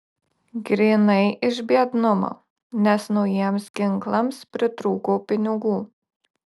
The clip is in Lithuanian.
grynai iš biednumo nes naujiems ginklams pritrūkau pinigų